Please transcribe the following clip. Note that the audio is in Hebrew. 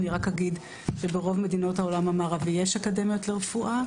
רק אגיד שברוב מדינות העולם המערבי יש אקדמיות לרפואה.